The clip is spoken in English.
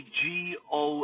go